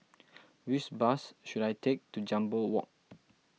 which bus should I take to Jambol Walk